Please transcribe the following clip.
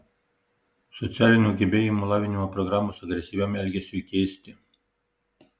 socialinių gebėjimų lavinimo programos agresyviam elgesiui keisti